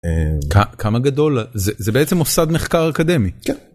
כמה גדול זה בעצם מוסד מחקר אקדמי.